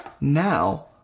Now